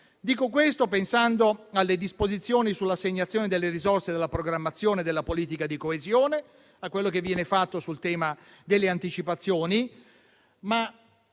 Dico ciò pensando alle disposizioni sull'assegnazione delle risorse della programmazione della politica di coesione, a quello che viene fatto sul tema delle anticipazioni. Ma